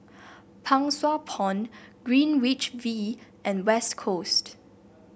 Pang Sua Pond Greenwich V and West Coast